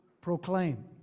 proclaim